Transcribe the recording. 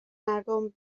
مردم